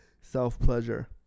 self-pleasure